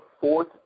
fourth